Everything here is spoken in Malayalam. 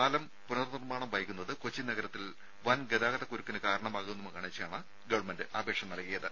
പാലം പുനർ നിർമ്മാണം വൈകുന്നത് കൊച്ചി നഗരത്തിൽ വൻ ഗതാഗത കുരുക്കിന് കാരണമാകുമെന്ന് കാണിച്ചാണ് ഗവൺമെന്റ് അപേക്ഷ നൽകിയത്